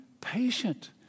patient